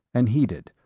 and heeded,